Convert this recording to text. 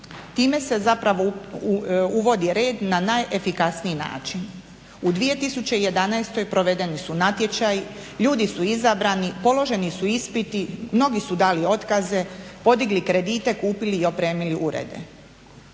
Time se zapravo uvodi red na najefikasniji način, u 2011. godini provedeni su natječaji, ljudi su izabrani, položeni su ispiti, mnogi su dali otkaze, podigli kredite, kupili i opremili urede.